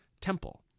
temple